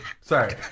Sorry